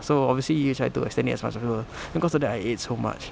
so obviously you try to extend it as much as possible because of that I ate so much